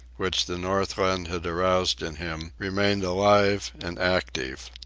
which the northland had aroused in him, remained alive and active.